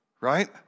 Right